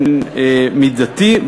ובאופן מידתי,